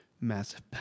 massive